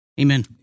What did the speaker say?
Amen